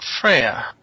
Freya